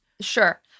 Sure